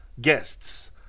guests